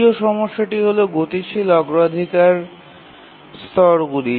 দ্বিতীয় সমস্যাটি হল গতিশীল প্রাওরিটি লেভেল